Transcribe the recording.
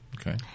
Okay